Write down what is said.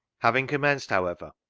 having commenced, however,